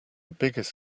biggest